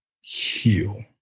heal